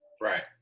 right